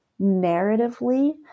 narratively